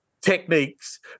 techniques